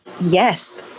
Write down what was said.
Yes